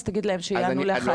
אז תגיד להם שיענו לח"כית.